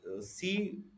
see